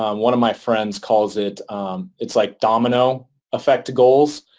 um one of my friends calls it it's like domino effect to goals.